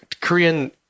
Korean